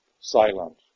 silent